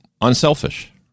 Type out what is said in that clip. unselfish